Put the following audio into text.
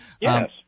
Yes